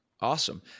awesome